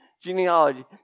genealogy